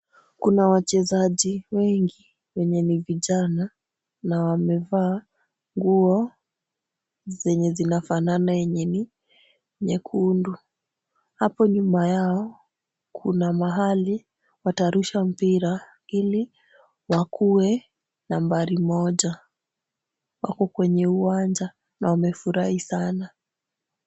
Kuna wachezaji wengi wenye ni vijana na wamevaa nguo zenye zinafanana yenye ni nyekundu. Hapo nyuma yao kuna mahali watarusha mpira ili wakuwe nambari moja. Wako kwenye uwanja na wamefurahi sana.